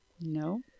no